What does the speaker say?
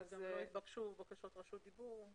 לא התבקשו בקשות לרשות דיבור.